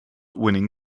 winning